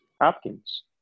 Hopkins